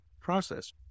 process